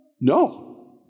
no